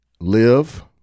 live